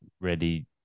ready